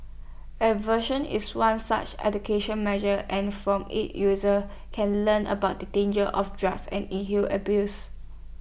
aversion is one such education measure and from IT users can learn about the dangers of drugs and inhale abuse